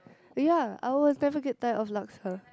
ya I will never get tired of laksa